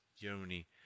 Germany